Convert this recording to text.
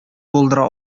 булдыра